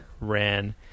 ran